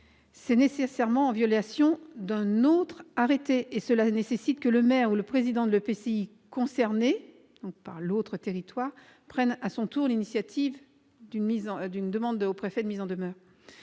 c'est nécessairement en violation d'un autre arrêté, et cela nécessite que le maire ou le président de l'EPCI concerné prenne à son tour l'initiative d'une demande au préfet de mise en demeure.